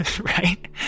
right